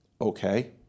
Okay